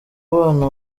bana